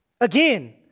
again